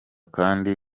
kandi